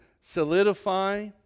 solidify